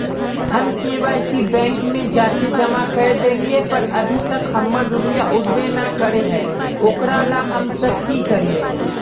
हम KYC bank में जाके जमा कर देलिए पर अभी तक हमर रुपया उठबे न करे है ओकरा ला हम अब की करिए?